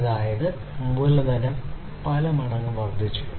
അതിനാൽ മൂലധനം പല മടങ്ങ് വർദ്ധിച്ചു